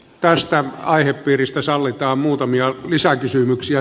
tästä aihepiiristä sallitaan muutamia lisäkysymyksiä